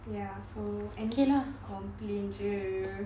ya so and anything complain jer